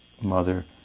mother